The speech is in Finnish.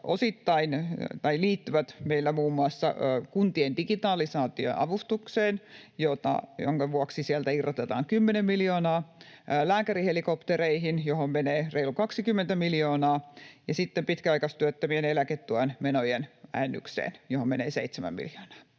jotka liittyvät meillä muun muassa kuntien digitalisaatioavustukseen, jonka vuoksi sieltä irrotetaan 10 miljoonaa, lääkärihelikoptereihin, johon menee reilu 20 miljoonaa, ja sitten pitkäaikaistyöttömien eläketuen menojen vähennykseen, johon menee 7 miljoonaa.